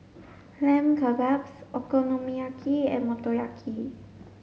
Lamb Kebabs Okonomiyaki and Motoyaki